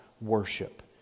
worship